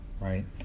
right